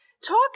Talk